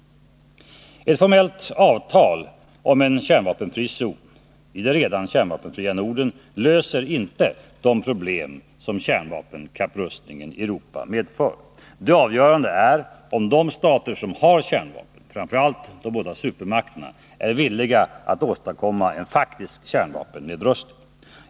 Ett formellt avtal om en kärnvapenfri zon i det redan kärnvapenfria Norden löser inte de problem som kärnvapenkapprustningen i Europa medför. Det avgörande är om de stater som har kärnvapen, framför allt de båda supermakterna, är villiga att åstadkomma en faktisk kärnvapennedrustning.